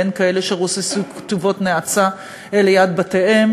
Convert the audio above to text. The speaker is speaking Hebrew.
בין אלה שרוססו כתובות נאצה ליד בתיהם